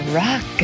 rock